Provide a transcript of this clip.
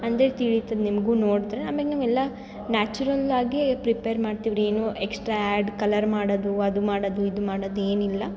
ಅಂದರೆ ತಿಳೀತದೆ ನಿಮಗೂ ನೋಡಿದ್ರೆ ಆಮ್ಯಾಗೆ ನಾವೆಲ್ಲ ನ್ಯಾಚುರಲ್ ಆಗೇ ಪ್ರಿಪೇರ್ ಮಾಡ್ತೀವ್ರಿ ಏನೋ ಎಕ್ಸ್ಟ್ರಾ ಆ್ಯಡ್ ಕಲರ್ ಮಾಡೋದು ಅದು ಮಾಡೋದು ಇದು ಮಾಡೋದು ಏನಿಲ್ಲ